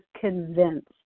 convinced